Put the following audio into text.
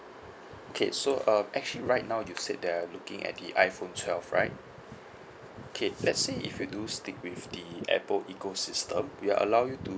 okay so uh actually right now you said that you are looking at the iphone twelve right okay let's say if you do stick with the apple ecosystem we'll allow you to